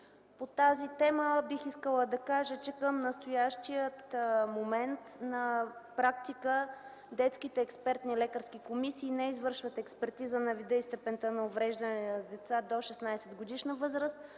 По тази тема бих искала да кажа, че към настоящия момент на практика детските експертни лекарски комисии не извършват експертиза на вида и степента на увреждане на деца до 16 годишна възраст